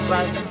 Right